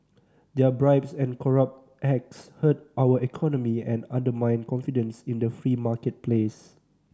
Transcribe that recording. their bribes and corrupt acts hurt our economy and undermine confidence in the free marketplace